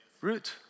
Root